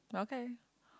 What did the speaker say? okay